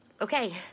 Okay